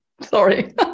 Sorry